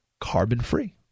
carbon-free